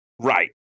Right